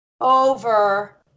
over